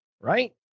right